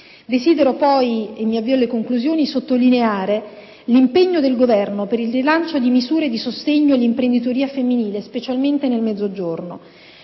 sottolineare, e mi avvio alle conclusioni, l'impegno del Governo per il rilancio di misure di sostegno all'imprenditoria femminile, specialmente nel Mezzogiorno.